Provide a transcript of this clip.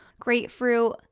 grapefruit